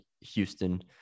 Houston